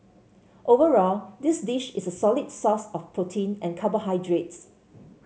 overall this dish is a solid source of protein and carbohydrates